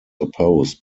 opposed